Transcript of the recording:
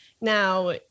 Now